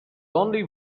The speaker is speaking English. only